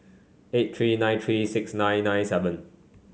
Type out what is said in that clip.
eight three nine three six nine nine seven